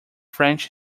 french